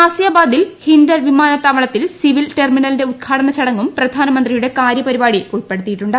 ഗാസിയാബാദിൽ ഹിൻഡൻ വിമാനത്തവളത്തിൽ സ്പ്രീവീൽ ടെർമിനലിന്റെ ഉദ്ഘാടന ചടങ്ങും പ്രധാനമന്ത്രിയുടെ കാരൃപരിപാടിയിൽ ഉൾപ്പെടുത്തിയിട്ടുണ്ട്